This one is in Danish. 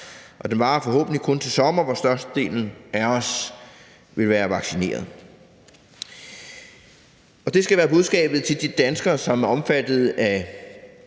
Det varer forhåbentlig kun til sommer, hvor størstedelen af os vil være vaccineret. Det skal være budskabet til de danskere, som er omfattet af